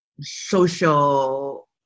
social